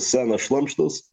senas šlamštas